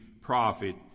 prophet